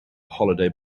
holiday